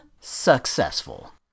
Successful